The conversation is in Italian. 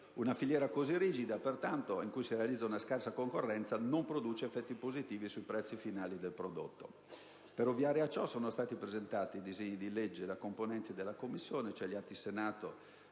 Una filiera così rigida pertanto, in cui si realizza una scarsa concorrenza, non produce effetti positivi sui prezzi finali del prodotto. Per ovviare a ciò sono stati presentati da componenti la Commissione i disegni di legge